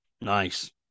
nice